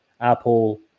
Apple